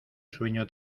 sueño